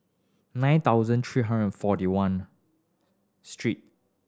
nine thousand three hundred and forty one street